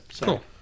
cool